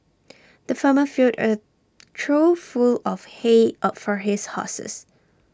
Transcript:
the farmer filled A trough full of hay A for his horses